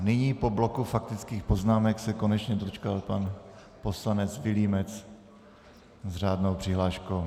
Nyní po bloku faktických poznámek se konečně dočkal pan poslanec Vilímec s řádnou přihláškou.